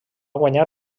guanyar